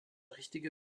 richtige